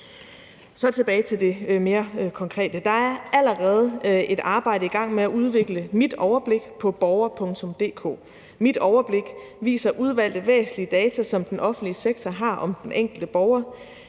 Der er allerede et arbejde i gang med at udvikle Mit Overblik på borger.dk. Mit Overblik viser udvalgte væsentlige data, som den offentlige sektor har om den enkelte borger.